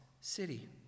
city